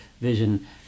vision